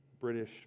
british